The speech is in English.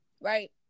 right